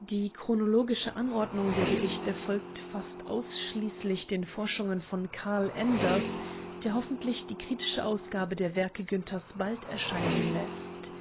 die chronologische anordnung der gedichte folgt fast ausschließlich den forschungen von carl enders der hoffentlich die kritische ausgabe der werke günthers bald erscheinen läßt